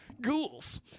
Ghouls